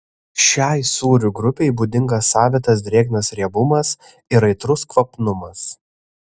šiai sūrių grupei būdingas savitas drėgnas riebumas ir aitrus kvapnumas